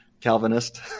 Calvinist